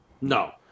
No